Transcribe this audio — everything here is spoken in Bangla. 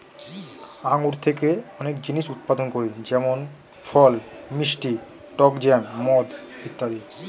আঙ্গুর থেকে আমরা অনেক জিনিস উৎপাদন করি যেমন ফল, মিষ্টি, টক জ্যাম, মদ ইত্যাদি